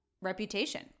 reputation